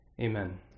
Amen